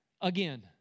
again